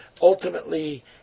ultimately